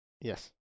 Yes